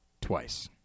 twice